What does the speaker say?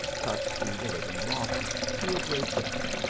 cut through the, living rock to a great depth,